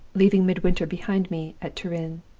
leaving midwinter behind me at turin.